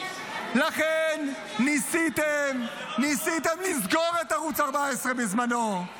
לכן ניסיתם לסגור את ערוץ 14 בזמנו,